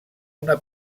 una